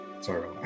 Sorry